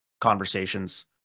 conversations